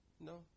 No